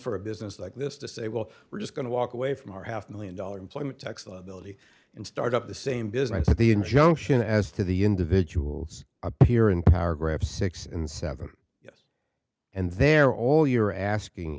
for a business like this to say well we're just going to walk away from our half million dollar employment tax liability and start up the same business at the injunction as to the individuals appear in power grab six and seven and they're all you're asking